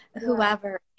whoever